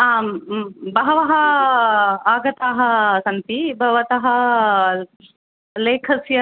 आं बहवः आगताः सन्ति भवतः लेखस्य